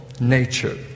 nature